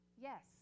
Yes